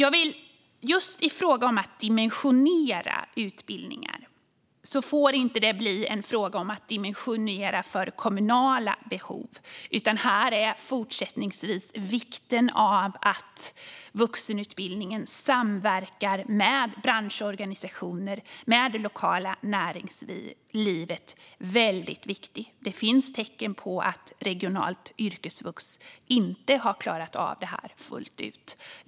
Att dimensionera utbildningar får inte bli en fråga om att dimensionera för kommunala behov, utan här är det fortsättningsvis viktigt att vuxenutbildningen samverkar med branschorganisationer och det lokala näringslivet. Det finns tecken på att regionalt yrkesvux inte har klarat av detta fullt ut.